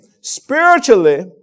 spiritually